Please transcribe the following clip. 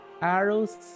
arrows